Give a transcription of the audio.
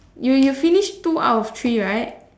you you finish two out of three right